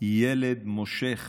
ילד מושך